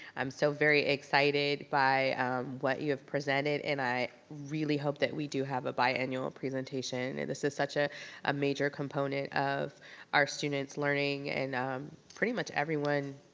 i'm so very excited by what you have presented and i really hope that we do have a biannual presentation. and this is such ah a major component of our students' learning and pretty much everyone,